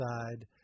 side